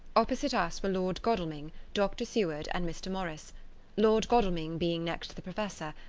opposite us were lord godalming, dr. seward, and mr. morris lord godalming being next the professor,